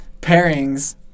pairings